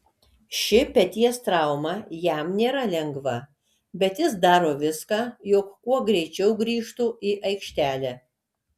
ši peties trauma jam nėra lengva bet jis daro viską jog kuo greičiau grįžtų į aikštelę